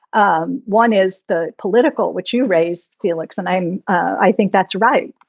um one is the political which you raised, felix, and i'm i think that's right.